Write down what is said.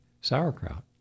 Sauerkraut